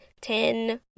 ten